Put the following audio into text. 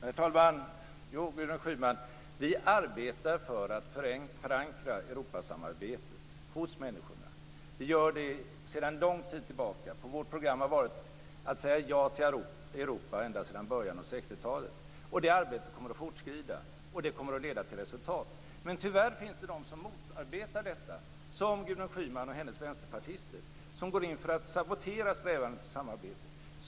Herr talman! Jo, Gudrun Schyman, vi arbetar för att förankra Europasamarbetet hos människorna. Vi gör det sedan lång tid tillbaka. Det har stått på vårt program att säga ja till Europa ända sedan början av 60-talet. Det arbetet kommer att fortskrida, och det kommer att leda till resultat. Men tyvärr finns det de som motarbetar detta, som Gudrun Schyman och hennes vänsterpartister. De går in för att sabotera strävandet efter samarbete.